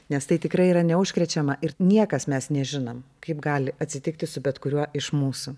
nes tai tikrai yra neužkrečiama ir niekas mes nežinom kaip gali atsitikti su bet kuriuo iš mūsų